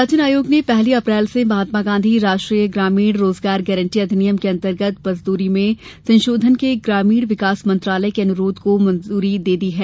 निर्वाचन आयोग मनरेगा निर्वाचन आयोग ने पहली अप्रैल से महात्मा गांधी राष्ट्रीय ग्रामीण रोजगार गारंटी अधिनियम के अंतर्गत मजदूरी में संशोधन के ग्रामीण विकास मंत्रालय के अनुरोध को मंजूरी दे दी है